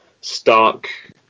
Stark